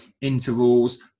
intervals